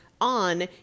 on